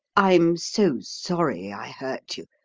i'm so sorry i hurt you.